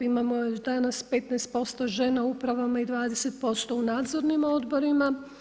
Imamo još danas 15% žena u upravama i 20% u nadzornim odborima.